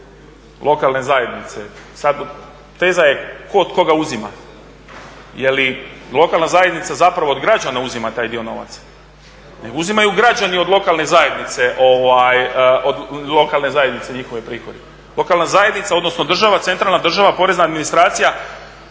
lokalne zajednice. Teza je tko od koga uzima. Je li lokalna zajednica zapravo od građana uzima taj dio novaca, ne uzimaju građani od lokalne zajednice njihove prihode. Lokalna zajednica, odnosno država, centralna država, porezna administracija